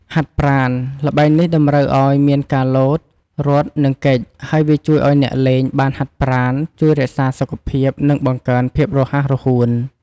ហាត់ប្រាណល្បែងនេះតម្រូវឲ្យមានការលោត រត់ និងគេច ហើយវាជួយឲ្យអ្នកលេងបានហាត់ប្រាណ ជួយរក្សាសុខភាពល្អ និងបង្កើនភាពរហ័សរហួន។